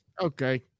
Okay